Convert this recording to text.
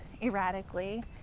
erratically